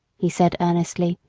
he said earnestly,